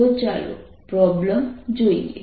તો ચાલો પ્રોબ્લેમ જોઈએ